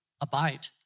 abide